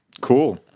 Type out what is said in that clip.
cool